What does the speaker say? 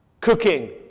cooking